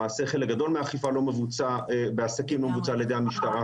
למעשה חלק גדול מהאכיפה בעסקים לא מבוצע על ידי המשטרה.